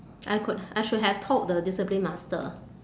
I could I should have told the discipline master